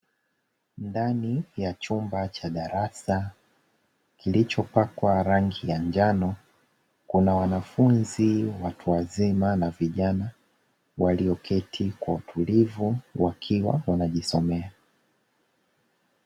Ndani ya chumba cha darasa kilichopakwa rangi ya njano, kuna wanafunzi watu wazima na vijana walioketi kwa utulivu wakiwa wanajisomea.